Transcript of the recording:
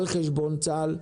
על חשבון צה"ל,